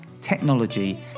technology